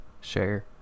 share